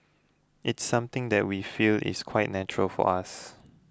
it's something that we feel is quite natural for us